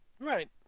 Right